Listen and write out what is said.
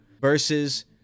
versus